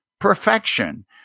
perfection